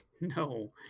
No